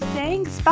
Thanks